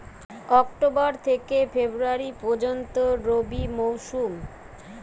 October থেকে February পর্যন্ত রবি মৌসুম